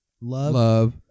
Love